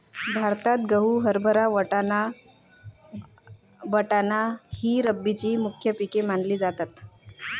भारतात गहू, हरभरा, बटाटा, वाटाणा ही रब्बीची मुख्य पिके मानली जातात